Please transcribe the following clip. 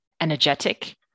energetic